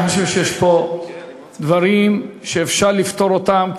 אני חושב שיש פה דברים שאפשר לפתור אותם.